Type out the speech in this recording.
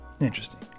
Interesting